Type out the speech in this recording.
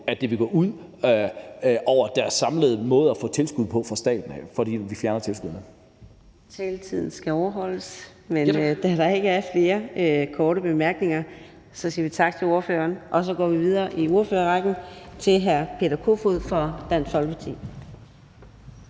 at det vil gå ud over deres samlede tilskud fra staten, fordi vi fjerner tilskuddene. Kl. 12:27 Fjerde næstformand (Karina Adsbøl): Taletiden skal overholdes. Men da der ikke er flere korte bemærkninger, siger vi tak til ordføreren, og så går vi videre i ordførerrækken til hr. Peter Kofod fra Dansk Folkeparti.